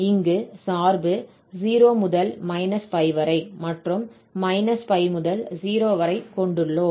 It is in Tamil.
இங்கு சார்பு 0 முதல் -π வரை மற்றும் π முதல் 0 வரை கொண்டுள்ளோம்